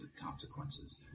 consequences